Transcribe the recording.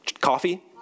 Coffee